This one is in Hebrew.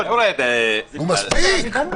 מספיק.